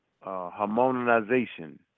Harmonization